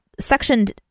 suctioned